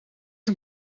een